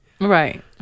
Right